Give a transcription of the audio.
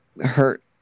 hurt